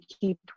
keep